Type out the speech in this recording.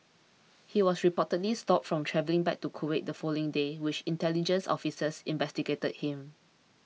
he was reportedly stopped from travelling back to Kuwait the following day while intelligence officers investigated him